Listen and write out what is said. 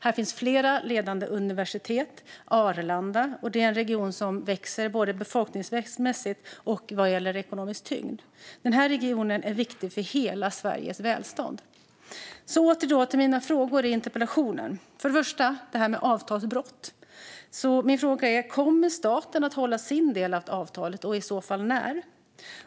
Här finns flera ledande universitet och Arlanda, och det är en region som växer både befolkningsmässigt och vad gäller ekonomisk tyngd. Den här regionen är viktig för hela Sveriges välstånd. Åter till mina frågor i interpellationen. För det första det här med avtalsbrott: Kommer staten att hålla sin del av avtalet, och i så fall när?